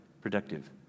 productive